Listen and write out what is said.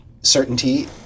Certainty